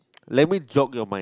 let me jog in your mind